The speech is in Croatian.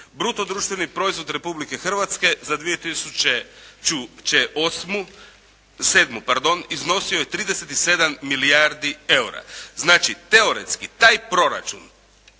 Bruto društveni proizvod Republike Hrvatske za 2007. iznosio je 37 milijardi eura. Znači, teoretski taj proračun